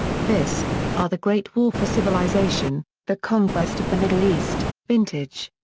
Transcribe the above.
fisk, r. the great war for civilisation the conquest of the middle east, vintage.